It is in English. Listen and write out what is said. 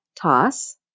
toss